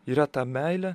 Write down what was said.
yra ta meilė